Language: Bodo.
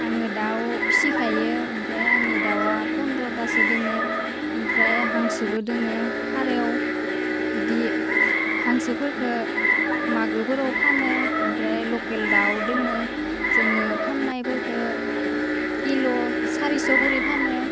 आङो दाउ फिसिखायो ओमफ्राय आंनि दावा फन्द्रतासो दोङो ओमफ्राय हांसोबो दोङो फारायाव बिदि हांसोफोरखो मागोफोराव फानो ओमफ्राय लकेल दाव दोङो जोङो फान्नायफोरखौ किल' सारिस' खरै फानो